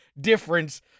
difference